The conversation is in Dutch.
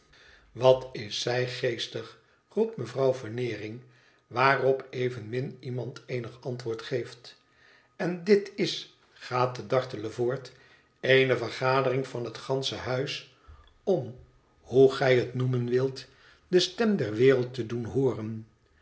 wat is zij geestig roept mevrouw veneering waarop evenmin iemand eenig antwoord geeft n dit is gaat de dartele voort eene vergadering van het gansche huis om hoe gij het noemen wilt de stem der wereld te doen hooren